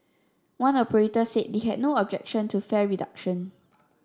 one operator said they have no objection to fare reduction